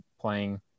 playing